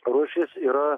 rūšis yra